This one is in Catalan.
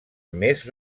més